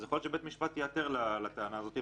אז יכול להיות שבית המשפט ייעתר לטענה הזאת,